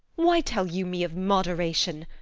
why tell you me of moderation?